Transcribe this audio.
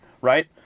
Right